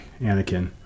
anakin